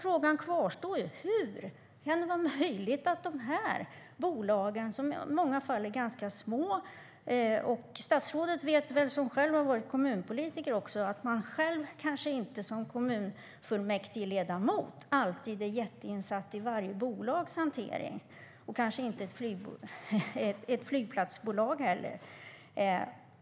Frågan kvarstår: Hur kan det vara möjligt att det är så här för de här bolagen, som i många fall är ganska små? Statsrådet har själv varit kommunpolitiker. Hon vet väl att man som kommunfullmäktigeledamot kanske inte alltid är jätteinsatt i varje bolags, inte heller ett flygplatsbolags, hantering.